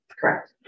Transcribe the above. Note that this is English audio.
correct